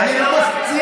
אני לא מציע.